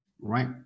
right